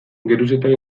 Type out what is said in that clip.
geruzetan